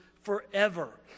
forever